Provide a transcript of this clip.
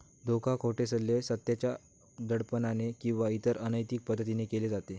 धोका, खोटे सल्ले, सत्याच्या दडपणाने किंवा इतर अनैतिक पद्धतीने केले जाते